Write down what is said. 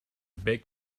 big